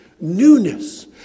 Newness